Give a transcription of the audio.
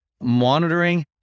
monitoring